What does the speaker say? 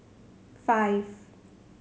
five